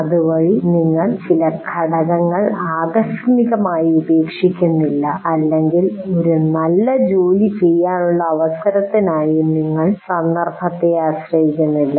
അതുവഴി നിങ്ങൾ ചില ഘടകങ്ങൾ ആകസ്മികമായി ഉപേക്ഷിക്കുന്നില്ല അല്ലെങ്കിൽ ഒരു നല്ല ജോലി ചെയ്യാനുള്ള അവസരത്തിനായി നിങ്ങൾ സന്ദർഭത്തെ ആശ്രയിക്കുന്നില്ല